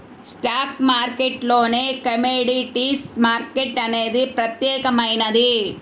stock మార్కెట్టులోనే commodities market అనేది ప్రత్యేకమైనది